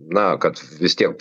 na kad vis tiek